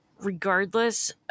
regardless